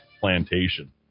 plantation